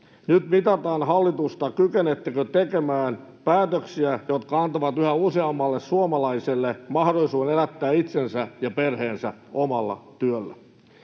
Nyt mitataan hallitusta: kykenettekö tekemään päätöksiä, jotka antavat yhä useammalle suomalaiselle mahdollisuuden elättää itsensä ja perheensä omalla työllään?